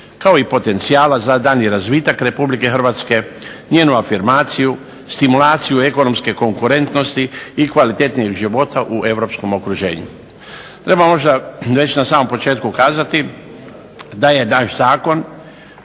kao i potencijala za daljnji razvitak Republike Hrvatske, njenu afirmaciju, stimulaciju ekonomske konkurentnosti i kvalitetnijeg života u europskom okruženju. Treba možda već na samom početku kazati da je naš zakon